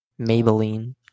maybelline